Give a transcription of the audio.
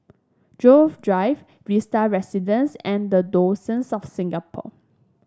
Grove Drive Vista Residences and the Diocese of Singapore